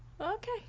Okay